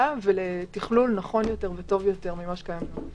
ולתכלול נכון וטוב יותר מהקיים כיום.